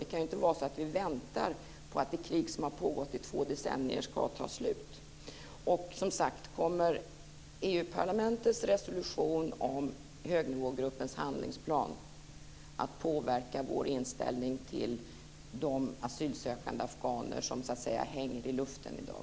Det kan inte vara så att vi väntar på att det krig som har pågått i två decennier ska ta slut. Kommer EU-parlamentets resolution om högnivågruppens handlingsplan att påverka vår inställning till de asylsökande afghaner som "hänger i luften" i dag?